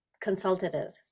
consultative